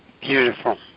Beautiful